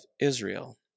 Israel